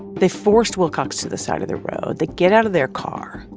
they forced wilcox to the side of the road. they get out of their car.